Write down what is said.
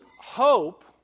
Hope